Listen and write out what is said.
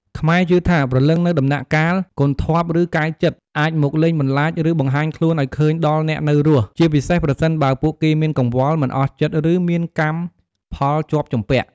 ខ្មែរជឿថា ព្រលឹងនៅដំណាក់កាល គន្ធព្វឬកាយចិត្ត អាចមកលងបន្លាច ឬបង្ហាញខ្លួនឱ្យឃើញដល់អ្នកនៅរស់ ជាពិសេសប្រសិនបើពួកគេមានកង្វល់ មិនអស់ចិត្តឬមានកម្មផលជាប់ជំពាក់។